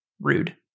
Rude